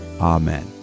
Amen